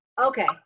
Okay